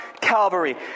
Calvary